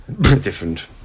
different